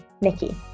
Nikki